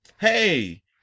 Hey